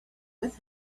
with